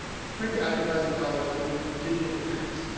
print advertising dollars, with digital pennies.